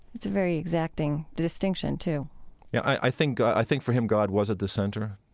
it's a very exacting distinction, too yeah. i think i think for him god was at the center.